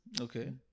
Okay